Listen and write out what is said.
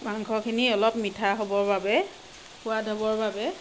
মাংসখিনি অলপ মিঠা হ'বৰ বাবে সোৱাদ হ'বৰ বাবে